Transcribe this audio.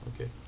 Okay